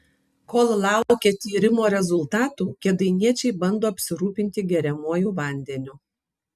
kol laukia tyrimo rezultatų kėdainiečiai bando apsirūpinti geriamuoju vandeniu